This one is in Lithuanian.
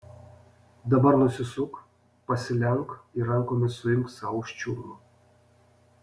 dabar nusisuk pasilenk ir rankomis suimk sau už čiurnų